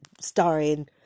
starring